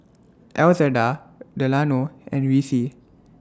Elzada Delano and Vicie